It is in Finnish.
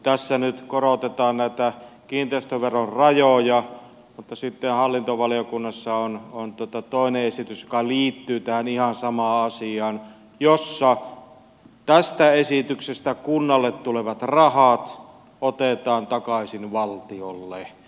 tässä nyt korotetaan näitä kiinteistöveron rajoja mutta sitten hallintovaliokunnassa on toinen esitys joka liittyy tähän ihan samaan asiaan ja jossa tästä esityksestä kunnalle tulevat rahat otetaan takaisin valtiolle